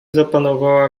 zapanowała